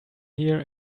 here